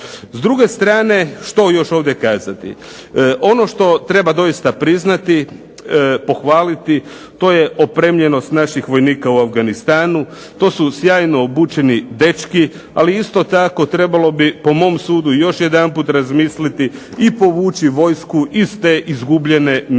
S druge strane što još ovdje kazati? Ono što treba priznati, pohvaliti to je opremljenost naših vojnika u Afganistanu, to su sjajno obučeni dečki ali isto tako trebalo bi po mom sudu još jedanput razmisliti i povući vojsku iz te izgubljene Misije